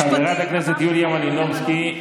חברת הכנסת יוליה מלינובסקי,